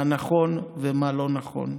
מה נכון ומה לא נכון.